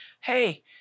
hey